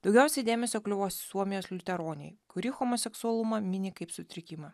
daugiausiai dėmesio kliuvo suomijos liuteronei kuri homoseksualumą mini kaip sutrikimą